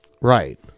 Right